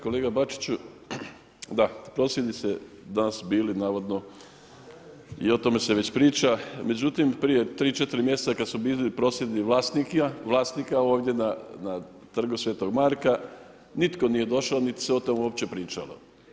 Kolega Bačiću, da prosvjednici su bili danas navodno i o tome se već priča Međutim, prije 3-4 mjeseca kad su bili prosvjedi vlasnika ovdje na Trgu svetog Marka, nitko nije došao niti se o tome uopće pričalo.